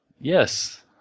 Yes